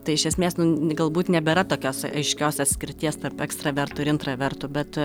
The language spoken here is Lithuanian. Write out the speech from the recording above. tai iš esmės nu galbūt nebėra tokios aiškios atskirties tarp ekstravertų ir intravertų bet